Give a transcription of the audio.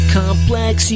complex